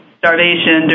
starvation